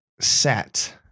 set